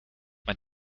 man